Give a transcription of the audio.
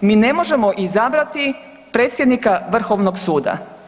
mi ne možemo izabrati predsjednika Vrhovnog suda.